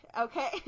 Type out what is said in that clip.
Okay